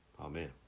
Amen